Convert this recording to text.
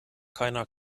keiner